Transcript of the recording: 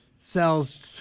sells